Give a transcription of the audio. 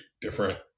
different